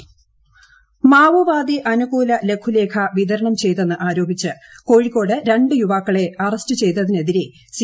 കാനം രാജേന്ദ്രൻ മാവോവാദി അനുകൂല ലഘൂലേഖ വിതരണം ചെയ്തെന്ന് ആരോപിച്ച് കോഴിക്കോട് രണ്ട് യുവാക്ക്കളെ അറസ്റ്റ് ചെയ്തതിനെതിരെ സി